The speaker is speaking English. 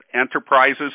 Enterprises